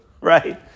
Right